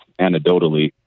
anecdotally